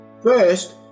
First